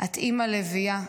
את אימא לביאה.